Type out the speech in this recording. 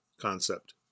concept